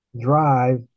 drive